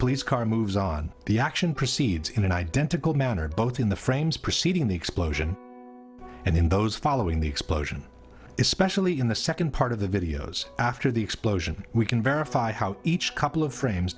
police car moves on the action proceeds in an identical manner both in the frames preceding the explosion and in those following the explosion especially in the second part of the videos after the explosion we can verify how each couple of frames